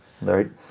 Right